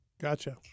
gotcha